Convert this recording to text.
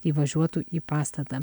įvažiuotų į pastatą